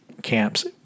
camps